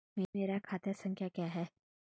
मेरा खाता संख्या क्या है?